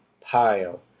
pile